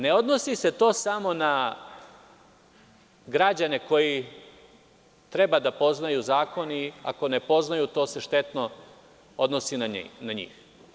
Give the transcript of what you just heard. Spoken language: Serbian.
Ne odnosi se to samo na građane koji treba da poznaju zakon i ako ne poznaju, to se štetno odnosi na njih.